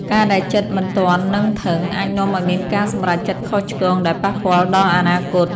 ការដែលចិត្តមិនទាន់នឹងធឹង អាចនាំឱ្យមានការសម្រេចចិត្តខុសឆ្គងដែលប៉ះពាល់ដល់អនាគត។